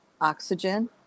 oxygen